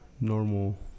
normal